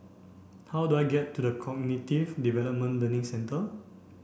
how do I get to the Cognitive Development Learning Centre